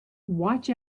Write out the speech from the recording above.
watch